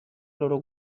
loro